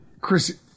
Chris